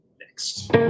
next